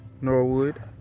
Norwood